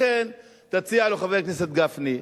לכן תציע לו, חבר הכנסת גפני,